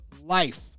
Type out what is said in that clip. life